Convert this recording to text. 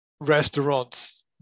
Restaurants